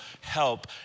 help